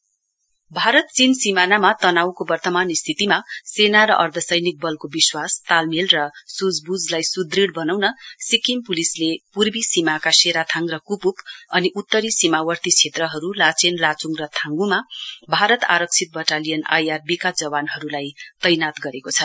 police border Bharat Chin सीमानामा तनावको वर्तमान स्थितिमा सेना र अर्धसैनिक बलको विश्वास तालमेल र सुझव्झलाई सुदृढ बनाउन सिक्किम पुलिसले पूर्वी सीमाका शेराथाङ र कुपूप अनि उत्तरी सीमार्वी क्षेत्रहरू लाचेन लाचुङ र थाङ्ग्मा भारत आरक्षित बटालियन आइआरबी का जवानहरूलाई तैनात गरेको छ